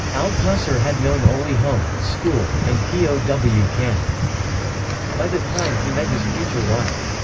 althusser had known only home, school, and p o w. camp by the time he met his future wife.